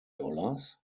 dollars